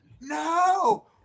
no